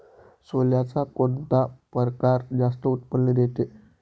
सोल्याचा कोनता परकार जास्त उत्पन्न देते?